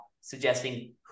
suggesting